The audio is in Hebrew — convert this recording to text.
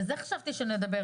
וחשבתי שעל זה נדבר,